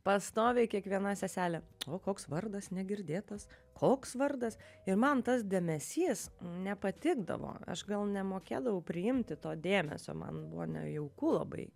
pastoviai kiekviena seselė o koks vardas negirdėtas koks vardas ir man tas dėmesys nepatikdavo aš gal nemokėdavau priimti to dėmesio man buvo nejauku labai